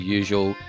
usual